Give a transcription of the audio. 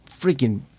Freaking